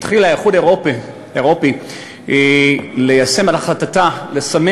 התחיל האיחוד האירופי ליישם את החלטתו לסמן